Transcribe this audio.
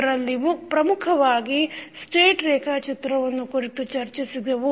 ಇದರಲ್ಲಿ ಪ್ರಮುಖವಾಗಿ ಸ್ಟೇಟ್ ರೇಖಾಚಿತ್ರವನ್ನು ಕುರಿತು ಚರ್ಚಿಸಿದೆವು